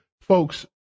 Folks